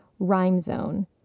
RhymeZone